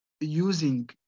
using